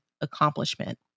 accomplishment